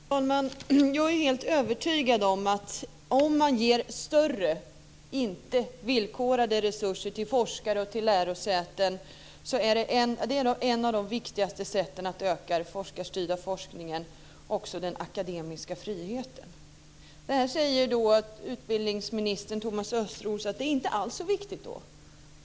Fru talman! Jag är fullständigt övertygad om att ger man större, inte villkorade resurser till forskare och till lärosäten så är det ett av de viktigaste sätten att öka den forskarstyrda forskningen och även den akademiska friheten. Här säger nu utbildningsminister Thomas Östros att det inte alls är så viktigt.